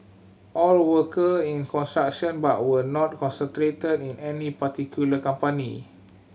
all worker in construction but were not concentrated in any particular company